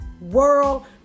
world